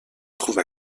trouve